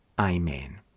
Amen